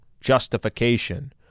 justification